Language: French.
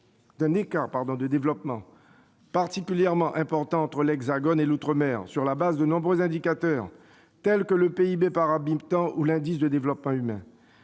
d'un écart de développement particulièrement important entre l'Hexagone et l'outre-mer, sur la base de nombreux indicateurs, comme le PIB par habitant ou l'indice de développement humain.